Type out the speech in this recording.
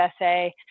essay